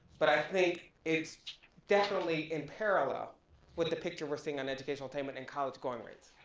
but i think it's definitely in parallel with the picture we're seeing on educational attainment and college scoring rates,